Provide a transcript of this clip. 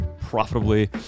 profitably